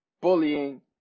bullying